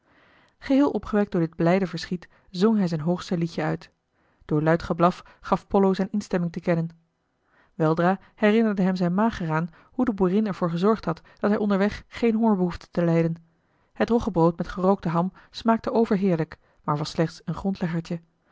geheel opgewekt door dit blijde verschiet zong hij zijn hoogste liedje uit door luid geblaf gaf pollo zijne instemming te kennen weldra herinnerde hem zijne maag er aan hoe de boerin er voor gezorgd had dat hij onderweg geen honger behoefde te lijden het roggebrood met gerookte ham smaakte overheerlijk maar was slechts een grondleggertje